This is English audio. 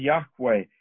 Yahweh